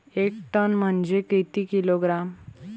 एक टन म्हनजे किती किलोग्रॅम?